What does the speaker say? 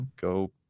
go